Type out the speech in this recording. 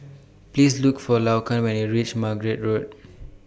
Please Look For Laquan when YOU REACH Margate Road